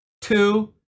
two